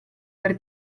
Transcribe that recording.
per